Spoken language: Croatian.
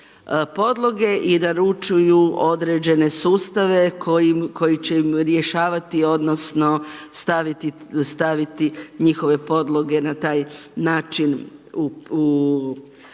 i naručuju određene sustave koji će im rješavati, odnosno staviti njihove podloge na taj način u primjenu.